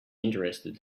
interested